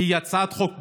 כי היא הצעת חוק פוגענית.